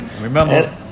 Remember